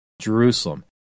Jerusalem